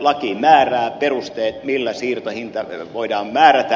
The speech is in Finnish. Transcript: laki määrää perusteet millä siirtohinta voidaan määrätä